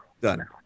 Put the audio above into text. Done